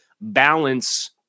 balance